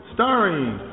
Starring